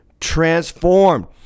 transformed